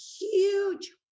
huge